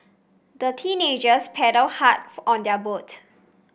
the teenagers paddled hard on their boat